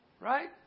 Right